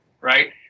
right